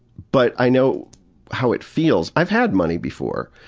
but i know how it feels. i've had money before.